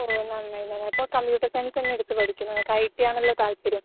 ഓ നന്നായി എന്നാലിപ്പോൾ computer science തന്നെയങ്ങെടുത്ത് നിങ്ങൾക്ക് ഐറ്റിയാണല്ലോ താത്പര്യം